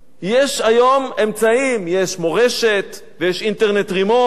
יש היום אמצעים, יש "מורשת", יש אינטרנט "רימון".